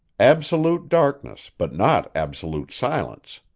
absolute darkness, but not absolute silence.